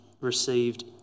received